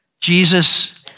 Jesus